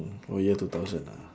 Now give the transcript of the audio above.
oh year two thousand ah